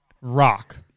Rock